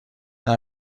این